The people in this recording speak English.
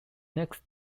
next